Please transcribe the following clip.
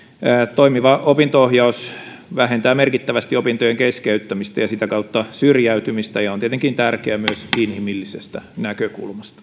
toimiva opinto ohjaus vähentää merkittävästi opintojen keskeyttämistä ja sitä kautta syrjäytymistä ja on tietenkin tärkeää myös inhimillisestä näkökulmasta